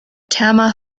tama